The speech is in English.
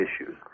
issues